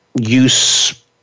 use